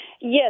Yes